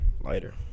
Lighter